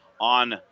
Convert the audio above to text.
on